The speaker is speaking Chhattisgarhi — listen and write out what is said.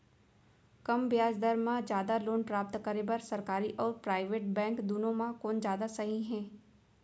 कम ब्याज दर मा जादा लोन प्राप्त करे बर, सरकारी अऊ प्राइवेट बैंक दुनो मा कोन जादा सही हे?